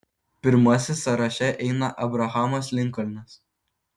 pirmasis sąraše eina abrahamas linkolnas